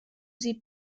sie